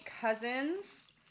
cousins